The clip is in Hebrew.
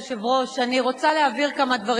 אפשר יהיה למצות את הדיון בוועדה.